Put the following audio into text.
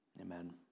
amen